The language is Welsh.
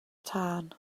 tân